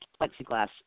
plexiglass